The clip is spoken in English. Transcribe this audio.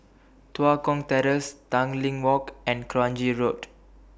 Tua Kong Terrace Tanglin Walk and Kranji Road